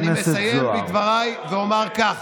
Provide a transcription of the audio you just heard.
אני מסיים את דבריי ואומר כך,